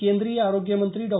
केंद्रीय आरोग्यमंत्री डॉ